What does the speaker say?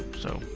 so,